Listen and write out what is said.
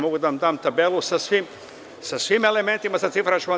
Mogu da vam dam tabelu sa svim elementima, sa ciframa.